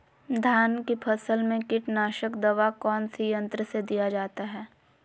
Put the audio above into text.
धान की फसल में कीटनाशक दवा कौन सी यंत्र से दिया जाता है?